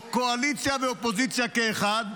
קואליציה ואופוזיציה כאחד,